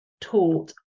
taught